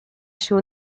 się